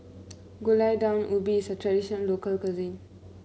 Gulai Daun Ubi is a tradition local cuisine